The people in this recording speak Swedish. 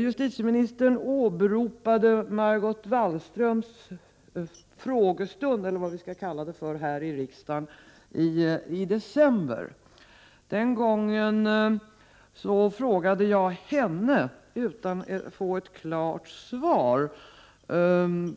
Justitieministern åberopade Margot Wallströms frågestund, eller vad vi skall kalla det för, här i riksdagen i december. Den gången frågade jag henne utan att få ett klart svar